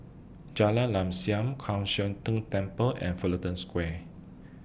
Jalan Lam Kwan Siang Tng Temple and Fullerton Square